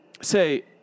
say